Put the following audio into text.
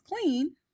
clean